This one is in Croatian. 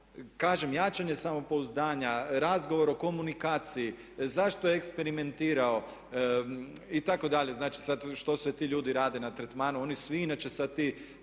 Kažem, jačanje samopouzdanja, razgovor o komunikaciji, zašto je eksperimentirao itd. Znači sad što sve ti ljudi rade na tretmanu, oni svi inače sada ti